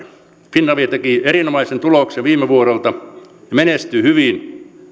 finavia teki erinomaisen tuloksen viime vuodelta menestyi hyvin